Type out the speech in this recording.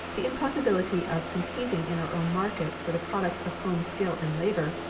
the impossibility of competing in our own markets for the products of home skill and labor,